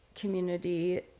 community